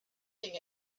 thing